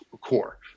core